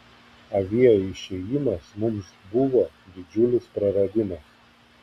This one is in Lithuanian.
avie išėjimas mums buvo didžiulis praradimas